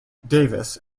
davis